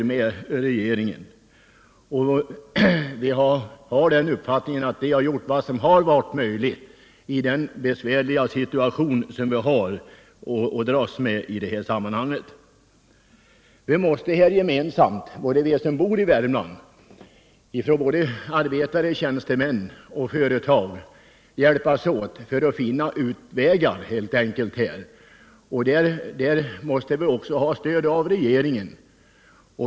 I Värmlandsdelegationen har vi den uppfattningen att vi har sökt göra allt vad som är möjligt i den besvärliga situation som råder. Alla de berörda i Värmland — myndigheter, arbetare, tjänstemän och företag — måste helt enkelt hjälpas åt för att finna utvägar. Där måste vi också ha stöd av regeringen.